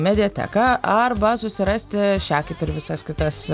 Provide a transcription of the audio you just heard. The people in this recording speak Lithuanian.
mediateką arba susirasti šią kaip ir visas kitas